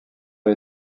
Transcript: les